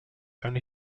only